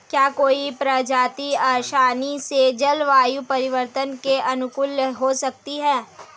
क्या कोई प्रजाति आसानी से जलवायु परिवर्तन के अनुकूल हो सकती है?